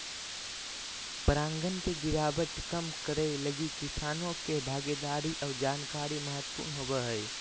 परागण के गिरावट कम करैय लगी किसानों के भागीदारी और जानकारी महत्वपूर्ण होबो हइ